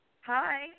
Hi